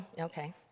okay